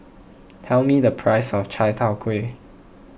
tell me the price of Chai Tow Kuay